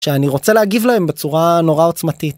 שאני רוצה להגיב להם בצורה נורא עוצמתית.